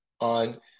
on